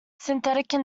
synthetic